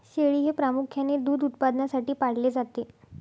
शेळी हे प्रामुख्याने दूध उत्पादनासाठी पाळले जाते